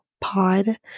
pod